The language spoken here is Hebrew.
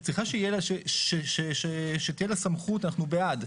היא צריכה שתהיה לה סמכות, אנחנו בעד.